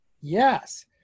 Yes